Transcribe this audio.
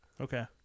Okay